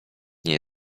nie